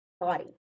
body